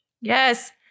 Yes